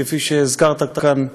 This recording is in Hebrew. כפי שהזכרת כאן,